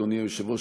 אדוני היושב-ראש,